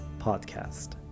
Podcast